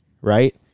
Right